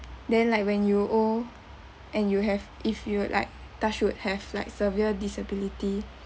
then like when you old and you have if you'd like touch would have like severe disability